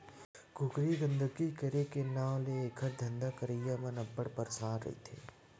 कुकरी के गंदगी करे के नांव ले एखर धंधा करइया मन अब्बड़ परसान रहिथे